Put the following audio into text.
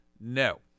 No